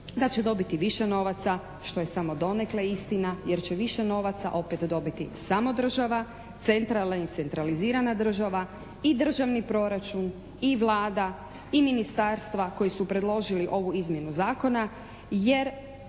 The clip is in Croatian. da će dobiti više novaca što je samo donekle istina jer će više novaca opet dobiti samo država, centralna i centralizirana država i državni proračun i Vlada i ministarstva koji su predložili ovu izmjenu zakona jer